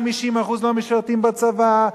50% לא משרתים בצבא,